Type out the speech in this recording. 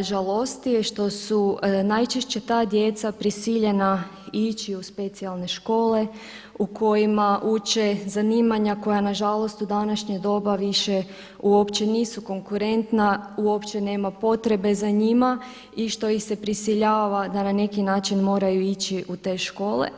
žalosti je što su najčešće ta djeca prisiljena ići u specijalne škole u kojima uče zanimanja koja nažalost u današnje doba više uopće nisu konkurentna, uopće nema potrebe za njima i što ih se prisiljava da na neki način moraju ići u te škole.